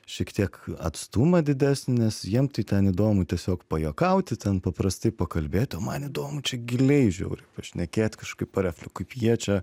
šiek tiek atstumą didesnį nes jiem tai ten įdomu tiesiog pajuokauti ten paprastai pakalbėti o man įdomu čia giliai žiauriai pašnekėt kažkaip parefle kaip jie čia